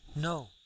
No